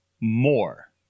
more